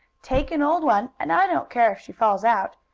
take an old one, and i don't care if she falls out.